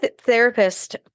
therapist